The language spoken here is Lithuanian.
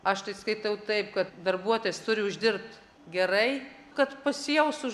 aš tai skaitau taip kad darbuotojas turi uždirbt gerai kad pasijaustų